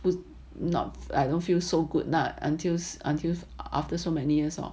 would not I don't feel so good not until until after so many years lor